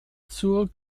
zur